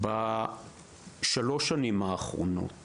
בשלוש השנים האחרונות